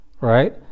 right